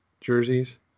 jerseys